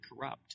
corrupt